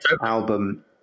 album